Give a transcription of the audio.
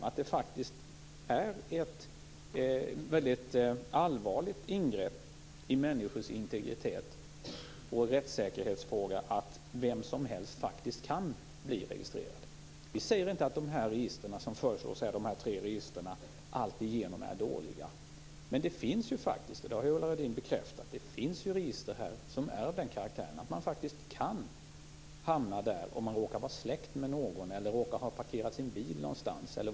Det är faktiskt ett väldigt allvarligt ingrepp i människors integritet att vem som helst kan bli registrerad. Det är en rättssäkerhetsfråga. Vi säger inte att de tre register som föreslås alltigenom är dåliga. Men det finns register som är av den karaktären att man kan hamna i dem om man råkar vara släkt med en brottsling eller råkar ha parkerat sin bil på ett visst ställe.